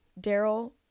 Daryl